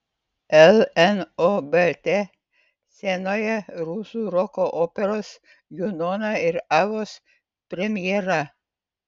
lnobt scenoje rusų roko operos junona ir avos premjera